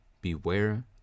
beware